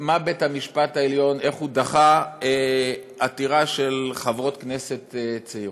בית-המשפט העליון דחה עתירה של חברות כנסת צעירות.